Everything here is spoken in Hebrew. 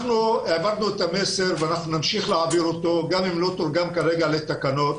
העברנו את המסר ואנחנו נמשיך להעביר אותו גם אם לא תורגם כרגע לתקנות.